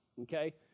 Okay